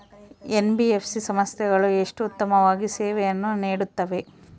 NBFC ಸಂಸ್ಥೆಗಳು ಎಷ್ಟು ಉತ್ತಮವಾಗಿ ಸೇವೆಯನ್ನು ನೇಡುತ್ತವೆ?